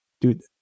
dude